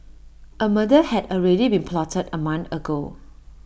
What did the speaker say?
A murder had already been plotted A month ago